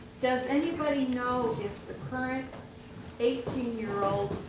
does anybody know if the current eighteen year old,